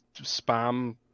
spam